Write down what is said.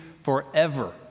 forever